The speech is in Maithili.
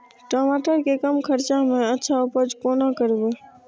टमाटर के कम खर्चा में अच्छा उपज कोना करबे?